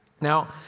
Now